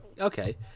okay